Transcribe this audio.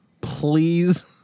please